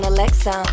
Alexa